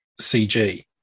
CG